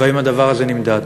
והאם הדבר הזה נמדד?